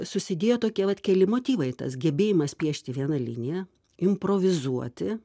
susidėję tokie vat keli motyvai tas gebėjimas piešti viena linija improvizuoti